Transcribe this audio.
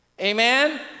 Amen